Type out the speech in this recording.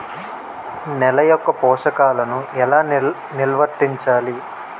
నెల యెక్క పోషకాలను ఎలా నిల్వర్తించాలి